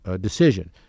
decision